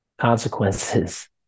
consequences